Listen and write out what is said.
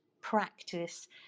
practice